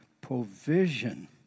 provision